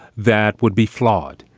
that would be flawed.